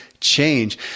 change